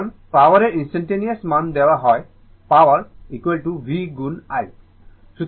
এখন পাওয়ারের ইনস্টানটানেওয়াস মান দেওয়া হয় পাওয়ার v গুণ i